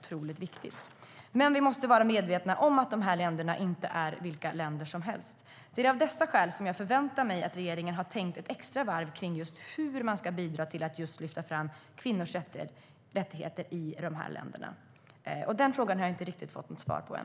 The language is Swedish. Vi måste dock vara medvetna om att dessa länder inte är vilka länder som helst. Det är av dessa skäl jag förväntar mig att regeringen har tänkt ett extra varv på hur man ska bidra till att lyfta fram kvinnors rättigheter i dessa länder. Den frågan har jag inte fått svar på än.